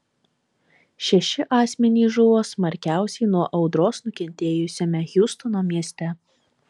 šeši asmenys žuvo smarkiausiai nuo audros nukentėjusiame hjustono mieste